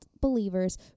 believers